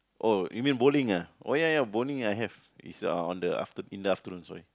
oh you mean bowling ah oh ya ya bowling I have is uh on the after in the afternoon sorry